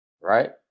right